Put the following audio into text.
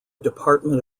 department